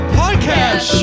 podcast